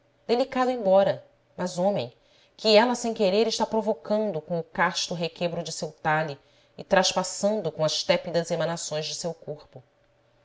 delicado embora mas homem que ela sem querer está provocando com o casto requebro de seu talhe e traspassando com as tépidas emanações de seu corpo